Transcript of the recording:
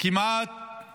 כמעט